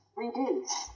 reduce